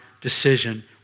decision